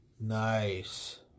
Nice